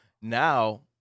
now